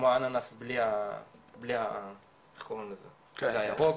כמו אננס בלי החלק הירוק,